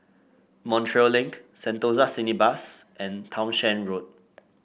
Montreal Link Sentosa Cineblast and Townshend Road